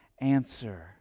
answer